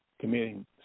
committing